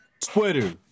Twitter